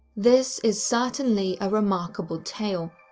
this is certainly a remarkable tale,